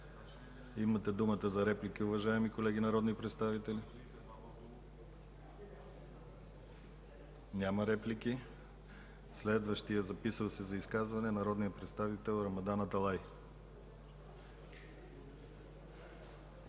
Имате думата за реплики, уважаеми колеги народни представители. Няма реплики. Следващият, записал се за изказване – народният представител Рамадан Аталай.